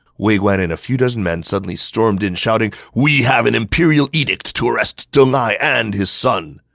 wei guan and a few dozen men suddenly stormed in, shouting, we have an imperial edict to arrest deng ai and his son!